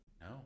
No